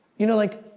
you know like,